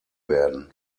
werden